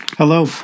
Hello